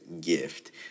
gift